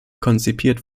konzipiert